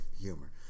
humor